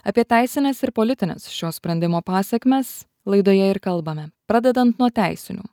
apie teisines ir politines šio sprendimo pasekmes laidoje ir kalbame pradedant nuo teisinių